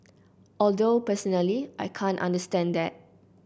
although personally I can't understand that